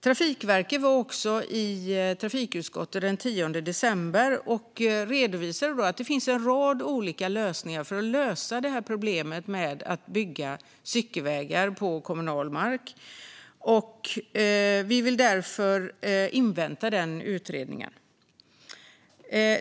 Trafikverket var också i trafikutskottet den 10 december och redovisade då att det finns en rad olika lösningar på problemet med att bygga cykelvägar på kommunal mark. Vi vill därför invänta denna utredning.